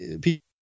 people